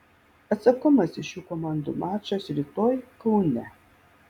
atsakomasis šių komandų mačas rytoj kaune